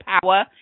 power